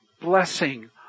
blessing